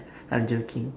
I'm joking